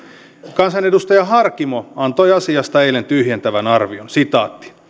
kansanedustaja harkimo antoi asiasta eilen tyhjentävän arvion